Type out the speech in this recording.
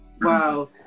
Wow